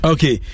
Okay